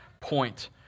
point